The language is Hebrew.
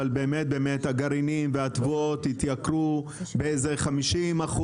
אבל באמת הגרעינים והתבואות התייקרו בכ-50%,